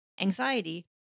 anxiety